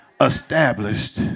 established